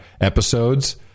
episodes